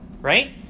right